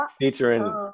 Featuring